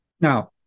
Now